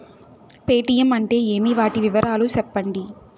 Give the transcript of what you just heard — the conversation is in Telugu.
పేటీయం అంటే ఏమి, వాటి వివరాలు సెప్పండి?